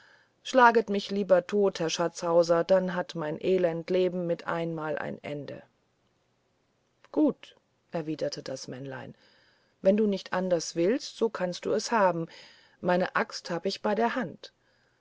schlaget mich lieber auch tot herr schatzhauser dann hat mein elend leben mit einmal ein ende gut erwiderte das männlein wenn du nicht an ders willst so kannst du es haben meine axt hab ich bei der hand